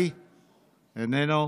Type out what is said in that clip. איננו,